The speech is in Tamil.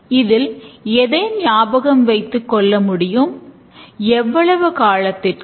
அதில் எதை ஞாபகம் வைத்துக்கொள்ள முடியும் எவ்வளவு காலத்திற்கு